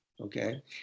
okay